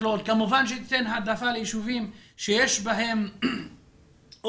כמובן שהיא תיתן העדפה לישובים שיש בהם אור